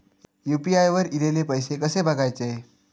UPI वर ईलेले पैसे कसे बघायचे?